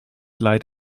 leid